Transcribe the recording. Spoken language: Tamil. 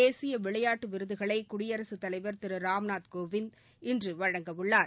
தேசிய விளையாட்டு விருதுகளை குடியரசுத் தலைவா் திரு ராம்நாத் கோவிந்த் இன்று வழங்கவுள்ளார்